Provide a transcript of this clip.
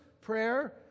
prayer